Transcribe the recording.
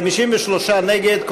53 נגד,